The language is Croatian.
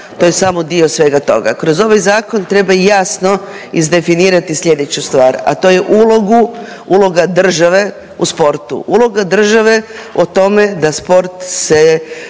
to je samo dio svega toga. Kroz ovaj zakon treba jasno izdefinirati sljedeću stvar, a to je ulogu, uloga države u sportu. Uloga države o tome da sport se